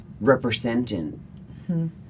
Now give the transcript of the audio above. representing